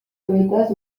fruites